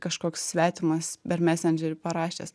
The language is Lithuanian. kažkoks svetimas per mesendžerį parašęs